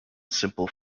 simple